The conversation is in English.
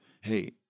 Hey